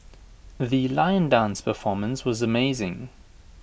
the lion dance performance was amazing